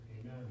Amen